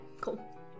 cool